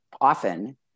often